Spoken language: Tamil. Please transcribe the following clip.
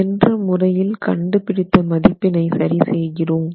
சென்று முறையில் கண்டு பிடித்த மதிப்பினை சரி செய்கிறோம்